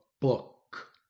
book